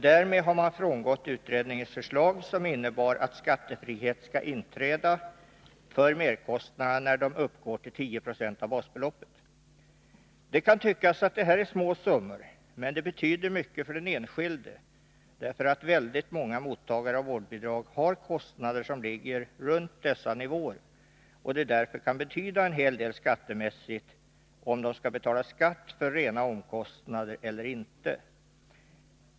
Därmed har man frångått utredningens förslag, som innebar att skattefrihet skall inträda för merkostnaderna när de uppnår 10 96 av basbeloppet. Det kan tyckas att det här är fråga om små summor, men de betyder mycket för den enskilde, eftersom många mottagare av vårdbidrag har kostnader som ligger runt dessa nivåer. Frågan om de skall betala skatt för rena omkostnader eller inte kan därför betyda en hel del skattemässigt.